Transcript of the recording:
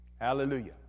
Hallelujah